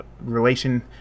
relation